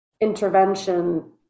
intervention